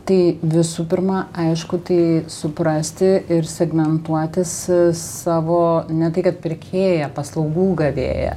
tai visų pirma aišku tai suprasti ir segmentuoti ss savo ne tai kad pirkėją paslaugų gavėją